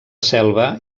selva